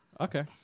okay